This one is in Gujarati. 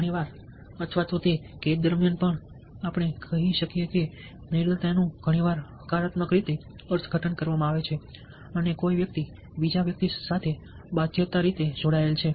ઘણી વાર અથવા તો કેદ દરમિયાન પણ આપણે કહીએ છીએ કે નિર્દયતાનું ઘણીવાર હકારાત્મક રીતે અર્થઘટન કરવામાં આવે છે અને કોઈ વ્યક્તિ બીજા વ્યક્તિ સાથે બાધ્યતા રીતે જોડાયેલ હોય છે